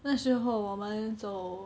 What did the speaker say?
那时候我们走